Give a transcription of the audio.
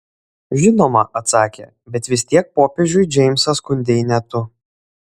žinoma atsakė bet vis tiek popiežiui džeimsą skundei ne tu